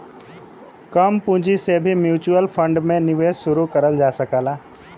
कम पूंजी से भी म्यूच्यूअल फण्ड में निवेश शुरू करल जा सकला